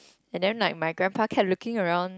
and then like my grandpa kept looking around